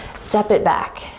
step it back.